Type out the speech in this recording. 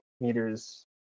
meters